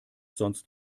sonst